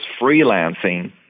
freelancing